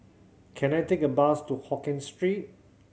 can I take a bus to Hokien Street